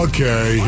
Okay